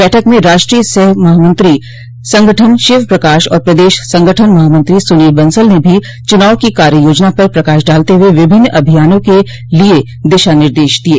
बैठक में राष्ट्रीय सह महामंत्री संगठन शिव प्रकाश और प्रदेश संगठन महामंत्री सुनील बंसल ने भी चुनाव की कार्य योजना पर प्रकाश डालते हुए विभिन्न अभियानों के लिए दिशा निदेश दिये